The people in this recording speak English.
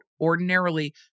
ordinarily